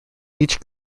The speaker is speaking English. each